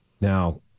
Now